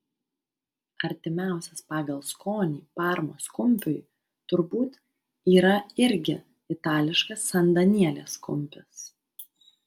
artimiausias pagal skonį parmos kumpiui turbūt yra irgi itališkas san danielės kumpis